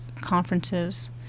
conferences